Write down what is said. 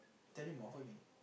tell me more what you mean